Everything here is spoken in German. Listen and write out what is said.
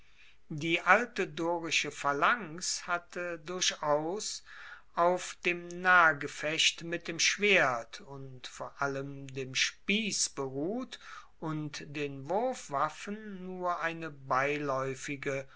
die alte dorische phalanx hatte durchaus auf dem nahgefecht mit dem schwert und vor allem dem spiess beruht und den wurfwaffen nur eine beilaeufige